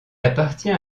appartient